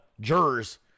jurors